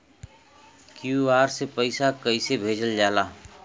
QR से पैसा कैसे भेजल जाला?